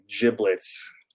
Giblets